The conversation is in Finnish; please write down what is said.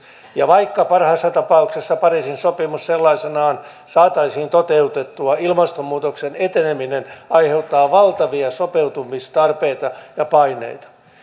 ja vaikka parhaassa tapauksessa pariisin sopimus sellaisenaan saataisiin toteutettua ilmastonmuutoksen eteneminen aiheuttaa valtavia sopeutumistarpeita ja paineita